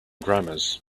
grammars